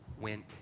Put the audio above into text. went